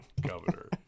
governor